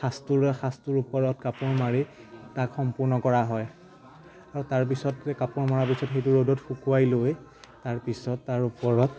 সাঁচটোৰ সাঁচটোৰ ওপৰত কাপোৰ মাৰি তাক সম্পূৰ্ণ কৰা হয় আৰু তাৰপিছত কাপোৰ মৰা পিছত সেইটো ৰ'দত শুকুৱাই লৈ তাৰপিছত তাৰ ওপৰত